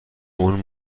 اون